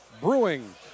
Brewing